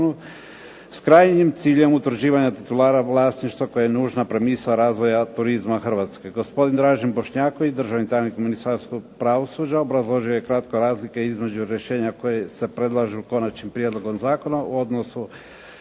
s krajnjim ciljem utvrđivanja titulara vlasništva koja je nužna premisa razvoja Hrvatske. Gospodin Dražen Bošnjaković državni tajnik u Ministarstvu pravosuđa obrazložio je kratko razlike između rješenja koja se predlažu konačnim prijedlogom zakon u odnosu